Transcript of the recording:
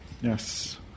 Yes